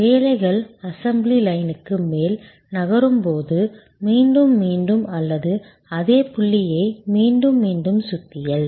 வேலைகள் அசெம்பிளி லைனுக்கு மேல் நகரும்போது மீண்டும் மீண்டும் அல்லது அதே புள்ளியை மீண்டும் மீண்டும் சுத்தியல்